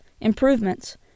improvements